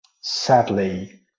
sadly